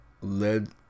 led